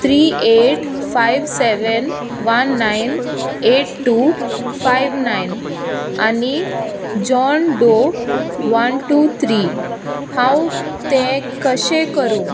three eight five seven one nine eight two five nine आनी John Doe one two three हांव तें कशें करूं